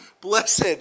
blessed